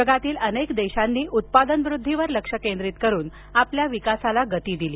जगातील अनेक देशांनी उत्पादनवृद्धीवर लक्ष केंद्रित करून आपल्या विकासाला गती दिली